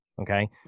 okay